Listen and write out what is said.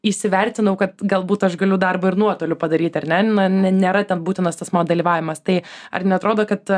įsivertinau kad galbūt aš galiu darbą ir nuotoliu padaryt ar ne na ne nėra ten būtinas tas mano dalyvavimas tai ar neatrodo kad